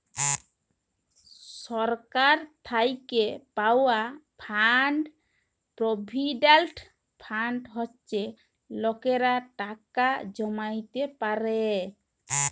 সরকার থ্যাইকে পাউয়া fund provident fund হছে লকেরা টাকা জ্যমাইতে পারে